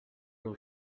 will